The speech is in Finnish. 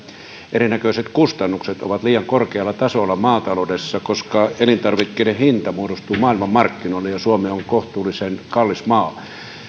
erinäköiset kustannukset ovat liian korkealla tasolla maataloudessa koska elintarvikkeiden hinta muodostuu maailmanmarkkinoilla ja suomi on on kohtuullisen kallis maa